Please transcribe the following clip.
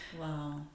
Wow